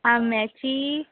आम्याचीं